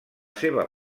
seva